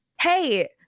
hey